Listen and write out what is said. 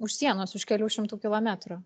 už sienos už kelių šimtų kilometrų